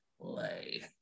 play